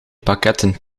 pakketten